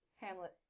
Hamlet